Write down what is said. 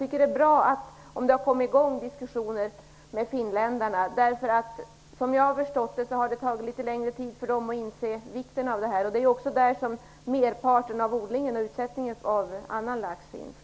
Det är bra om det har kommit i gång diskussioner med finnarna. Som jag har förstått saken har det tagit litet längre tid för dem att inse vikten av detta. Det är också där som merparten av odlingen och utsättningen av annan lax sker.